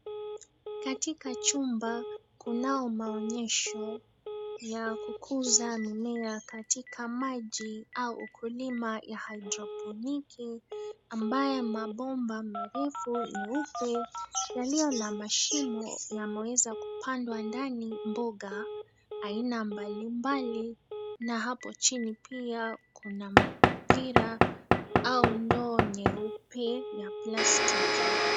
Katika chumba kunao maonyesho ya kukuza mimea katika maji au ukulima ya haidroponiki ambayo mabomba marefu nyeupe yaliyo na mashimo yameweza kupandwa ndani mboga aina mbalimbali, na hapo chini pia kuna mpira au ndoo nyeupe ya plastiki.